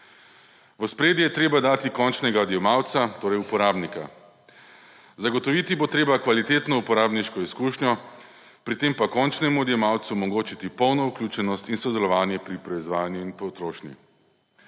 V ospredje je treba dati končnega odjemalca, torej uporabnika. Zagotoviti bo treba kvalitetno uporabniško izkušnjo, pri tem pa končnemu odjemalcu omogočiti polno vključenost in sodelovanje pri proizvajanju in potrošnji.